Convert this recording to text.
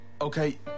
Okay